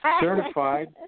certified